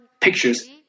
pictures